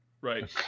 right